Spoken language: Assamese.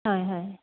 হয় হয়